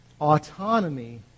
autonomy